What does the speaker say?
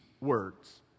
words